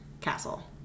Castle